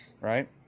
right